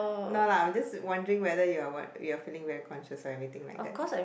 no lah I'm just wondering whether you are what you are feeling very conscious and everything like that